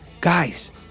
Guys